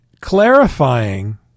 clarifying